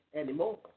anymore